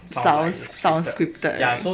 sound sound scripted